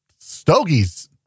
stogies